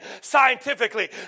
scientifically